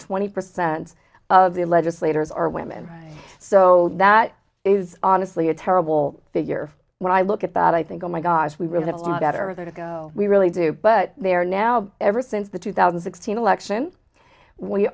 twenty percent of the legislators are women so that is honestly a terrible figure when i look at that i think oh my gosh we really have a lot better to go we really do but there now ever since the two thousand sixteen election we